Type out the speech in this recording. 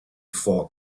fox